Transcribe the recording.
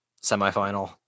semifinal